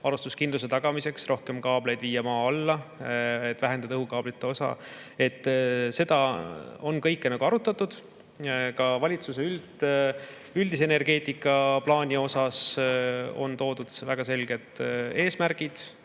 varustuskindluse tagamiseks: viia rohkem kaableid maa alla, et vähendada õhukaableid. Seda kõike on arutatud. Ka valitsuse üldises energeetikaplaanis on toodud väga selged eesmärgid